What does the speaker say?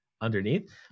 underneath